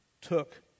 took